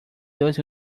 dos